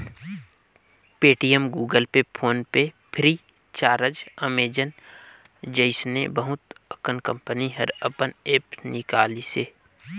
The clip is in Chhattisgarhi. Paytm, Google Pay, PhonePe Freecharge, Amazon जइसे बहुत अकन कंपनी हर अपन ऐप्स निकालिसे